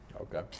Okay